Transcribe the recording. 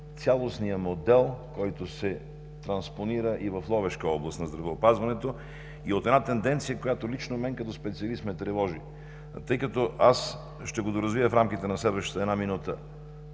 цялостния модел, който се транспонира и в Ловешка област на здравеопазването, и от една тенденция, която лично мен като специалист ме тревожи. Ще го доразвия в рамките на следващата една минута.